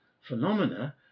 phenomena